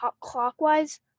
clockwise